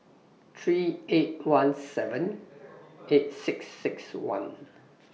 three eight one seven eight six six one